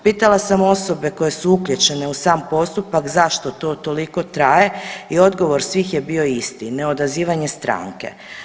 Pitala sam osobe koje su uključene u sam postupak zašto to toliko traje i odgovor svih je bio isti, neodazivanje stranke.